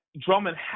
Drummond